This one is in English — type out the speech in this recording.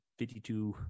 52